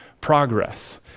Progress